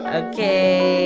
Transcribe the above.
okay